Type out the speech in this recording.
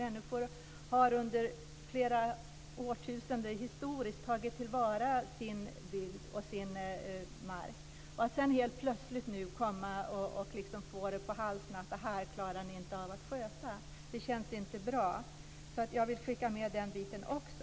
De har under flera årtusenden tagit till vara sin bygd och sin mark. Att helt plötsligt få höra att de inte klarar av att sköta sin mark känns inte bra. Jag vill alltså skicka med också den biten.